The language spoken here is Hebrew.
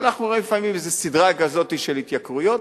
אבל אנחנו רואים לפעמים סדרה כזאת של התייקרויות.